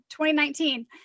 2019